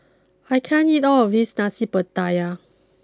I can't eat all of this Nasi Pattaya